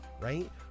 right